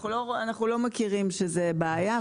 אנחנו לא מכירים שזה בעיה,